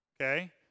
okay